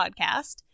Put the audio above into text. podcast